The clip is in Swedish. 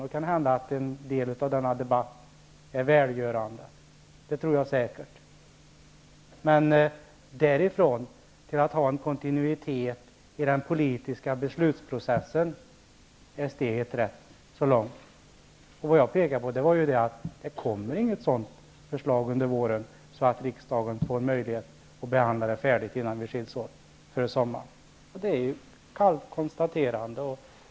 Det kan hända att en del av denna debatt är välgörande, det tror jag säkert. Men därifrån till att ha en kontinuitet i den politiska beslutsprocessen är steget långt. Vad jag ville påpeka är att det under våren inte kommer något förslag, som riksdagen får möjlighet att behandla färdigt innan vi skiljs åt för sommaren. Det är ett kallt konstaterande.